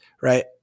right